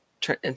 turn